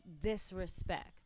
disrespect